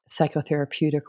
psychotherapeutic